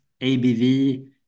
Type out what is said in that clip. ABV